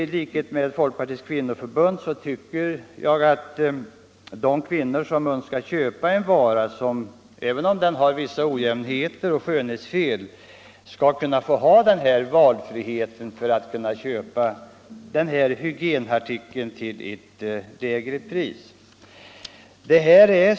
I likhet med Folkpartiets kvinnoförbund tycker jag att de kvinnor som efterfrågar en hygienartikel av detta slag skall ha valfrihet att köpa den till ett lägre pris, även om den är behäftad med vissa ojämnheter eller skönhetsfel.